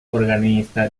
organista